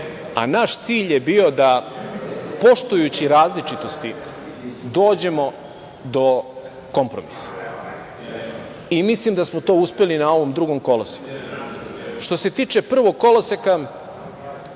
a naš cilj je bio da, poštujući različitosti, dođemo do kompromisa. I mislim da smo to uspeli na ovom drugom koloseku. Što se tiče prvog koloseka,